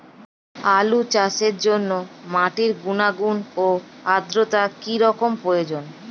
আলু চাষের জন্য মাটির গুণাগুণ ও আদ্রতা কী রকম প্রয়োজন?